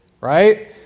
right